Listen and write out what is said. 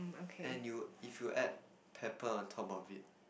and you if you add pepper on top of it